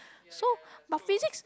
so but physics